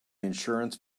insurance